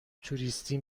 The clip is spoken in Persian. توریستی